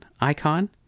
icon